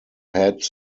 had